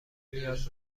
نیاز